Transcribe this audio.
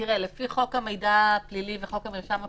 לפי חוק המידע הפלילי וחוק המרשם הפלילי,